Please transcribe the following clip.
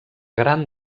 gran